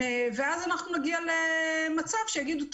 ואז אנחנו נגיע למצב שיגידו,